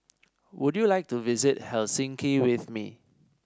would you like to visit Helsinki with me